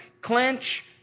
Clench